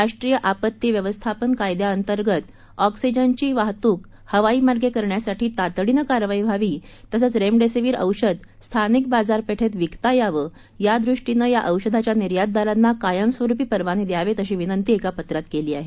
राष्ट्रीय आपती व्यवस्थापन कायद्या अंर्तगत ऑक्सीजनची वाहत्क हवाईमार्गे करण्यासाठी तातडीनं कारवाई व्हावी तसंच रेमडेसीवीर औषध स्थानिक बाजारपेठेत विकता यावं यादृष्टीनं या औषधाच्या निर्यातदारांना कायमस्वरुपी परवाने द्यावेत अशी विनंती एका पत्रात केली आहे